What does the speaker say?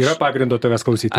yra pagrindo tavęs klausyti